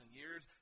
years